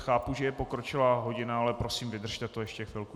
Chápu, že je pokročilá hodina, ale prosím, vydržte to ještě chvilku.